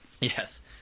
Yes